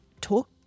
talk